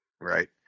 right